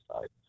side